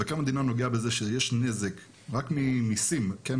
מבקר המדינה נוגע בזה שיש נזק רק ממיסים, כן?